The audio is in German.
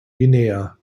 guinea